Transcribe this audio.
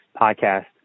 podcast